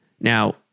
Now